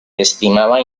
estimaba